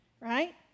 right